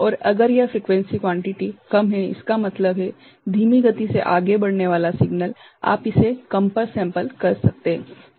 और अगर यह फ्रिक्वेन्सी क्वान्टिटी कम है इसका मतलब है धीमी गति से आगे बढ़ने वाला सिग्नल आप इसे कम पर सेंपल कर सकते हैं